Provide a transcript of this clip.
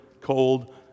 cold